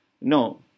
no